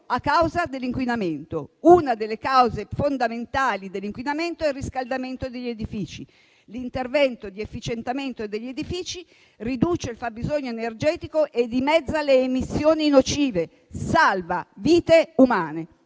a causa dell'inquinamento. Una delle cause fondamentali dell'inquinamento è il riscaldamento degli edifici. L'intervento di efficientamento degli edifici riduce il fabbisogno energetico e dimezza le emissioni nocive, quindi salva vite umane.